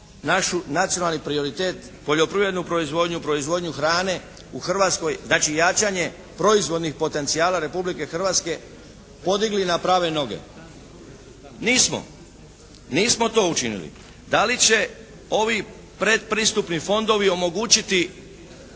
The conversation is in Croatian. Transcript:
naš nacionalni prioritet poljoprivrednu proizvodnju, proizvodnju hrane u Hrvatskoj, znači jačanje proizvodnih potencijala Republike Hrvatske podigli na prave noge? Nismo. Nismo to učinili. Da li će ovi predpristupni fondovi omogućiti